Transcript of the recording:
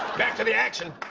back to the action.